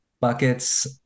buckets